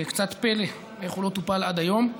קצת פלא איך הוא לא טופל עד היום.